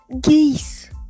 Geese